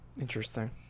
Interesting